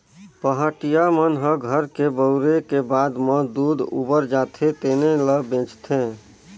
पहाटिया मन ह घर के बउरे के बाद म दूद उबर जाथे तेने ल बेंचथे